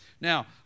now